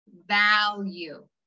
value